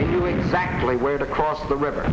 they knew exactly where to cross the river